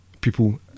people